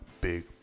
big